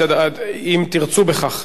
אם תרצו בכך,